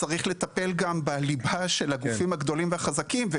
צריך לטפל גם בליבה של הגופים הגדולים והחזקים,